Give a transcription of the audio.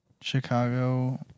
Chicago